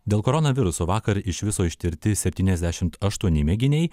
dėl koronaviruso vakar iš viso ištirti septyniasdešimt aštuoni mėginiai